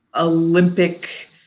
Olympic